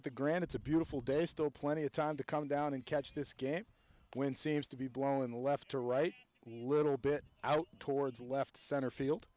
at the grand it's a beautiful day still plenty of time to come down and catch this game when seems to be blowing left to right a little bit out towards left center field